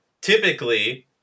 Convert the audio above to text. typically –